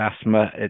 asthma